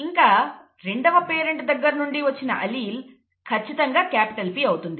ఇంకా రెండవ పేరెంట్ దగ్గర నుండి వచ్చిన అల్లీల్ ఖచ్చితంగా క్యాపిటల్ P అవుతుంది